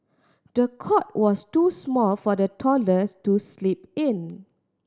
the cot was too small for the toddlers to sleep in